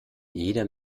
jeder